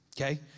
Okay